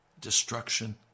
destruction